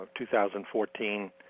2014